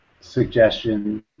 Suggestions